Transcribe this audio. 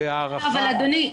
בהערכה --- אדוני,